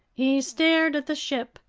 he stared at the ship,